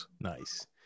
Nice